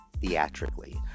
theatrically